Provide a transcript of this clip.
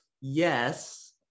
yes